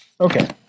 Okay